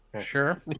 Sure